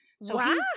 Wow